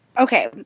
Okay